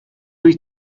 wyt